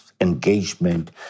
engagement